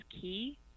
key